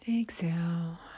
Exhale